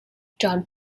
john